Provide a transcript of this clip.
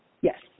yes